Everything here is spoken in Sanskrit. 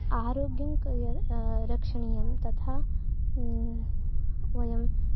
आरोग्यं कर्यद् रक्षणीयं तथा वयम्